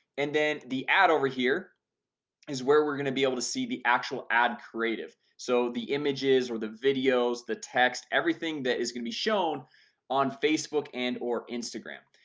and then the ad over here is where we're gonna be able to see the actual ad creative so the images or the videos the text everything that is gonna be shown on facebook and or instagram.